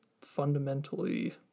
fundamentally